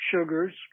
sugars